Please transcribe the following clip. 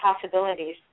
possibilities